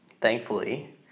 Thankfully